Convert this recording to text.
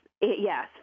Yes